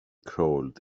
crawled